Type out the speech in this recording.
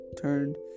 turned